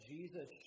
Jesus